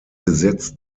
gesetz